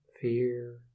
fear